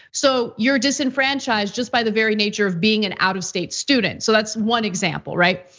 so you're disenfranchised just by the very nature of being an out of state student. so that's one example, right?